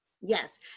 Yes